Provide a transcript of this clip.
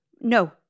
no